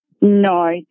No